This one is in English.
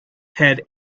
had